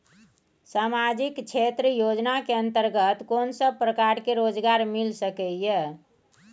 सामाजिक क्षेत्र योजना के अंतर्गत कोन सब प्रकार के रोजगार मिल सके ये?